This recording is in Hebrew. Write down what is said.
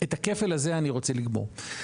את הכפל הזה אני רוצה לגמור.